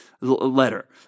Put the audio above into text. letter